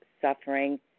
suffering